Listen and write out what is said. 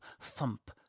thump